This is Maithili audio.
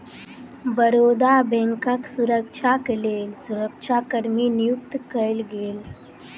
बड़ौदा बैंकक सुरक्षाक लेल सुरक्षा कर्मी नियुक्त कएल गेल